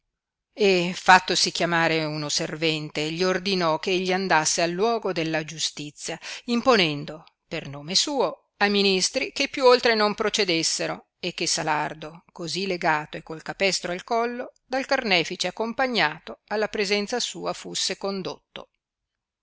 e fattosi chiamare uno servente gli ordinò che egli andasse al luoco della giustizia imponendo per nome suo a ministri che più oltre non procedessero e che salardo così legato e col capestro al collo dal carnefice accompagnato alla presenza sua fusse condotto